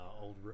old